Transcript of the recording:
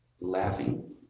laughing